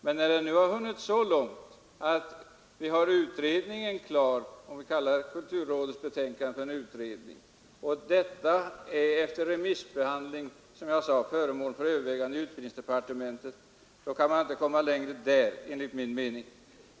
Men när ärendet nu har hunnit så långt att utredningen är klar och efter remissbehandling föremål för övervägande i utbildningsdepartementet, som jag sade, så kan man enligt min mening inte komma längre nu.